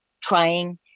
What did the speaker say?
trying